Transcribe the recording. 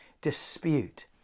dispute